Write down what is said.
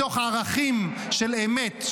מתוך ערכים של אמת,